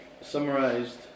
summarized